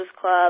club